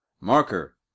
Marker